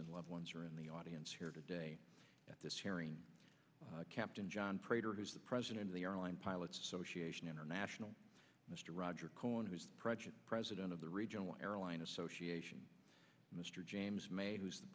and loved ones are in the audience here today at this hearing captain john prater who is the president of the airline pilots association international mr roger cohen who's president of the regional airline association mr james made who's the